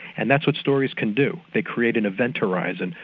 and that's what stories can do, they create an event horizon,